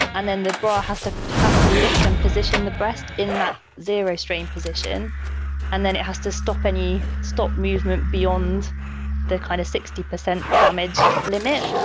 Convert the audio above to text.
and then that bra has to has to lift and position the breast in that zero strain position and then it has to stop any stop movement beyond the kind of sixty percent damage limit.